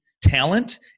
talent